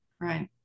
right